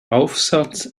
aufsatz